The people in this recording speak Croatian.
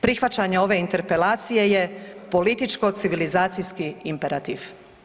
Prihvaćanje ove interpelacije je političko civilizacijski imperativ.